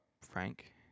Frank